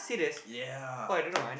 ya